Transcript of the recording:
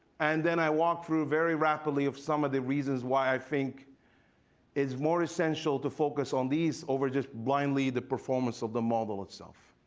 and then i walked through very rapidly of some of the reasons, why i think it's more essential to focus on these over just blindly the performance of the model itself.